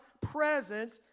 presence